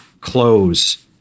close